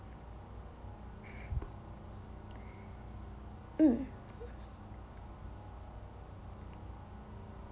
mm